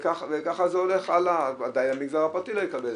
וכך זה הולך הלאה, ודאי המגזר הפרטי לא יקבל.